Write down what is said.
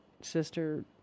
sister